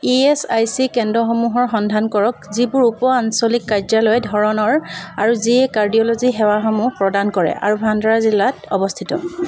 ESIC কেন্দ্ৰসমূহৰ সন্ধান কৰক যিবোৰ উপ আঞ্চলিক কাৰ্যালয় ধৰণৰ আৰু যিয়ে কাৰ্ডিঅ'লজি সেৱাসমূহ প্ৰদান কৰে আৰু ভাণ্ডাৰা জিলাত অৱস্থিত